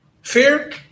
Fear